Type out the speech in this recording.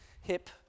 hip